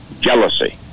jealousy